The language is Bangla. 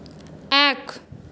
এক